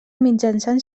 mitjançant